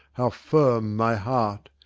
how firm my heart!